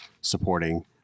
supporting